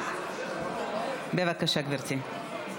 בבקשה, גברתי.